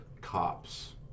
cops